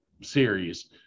series